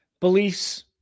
beliefs